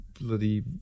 bloody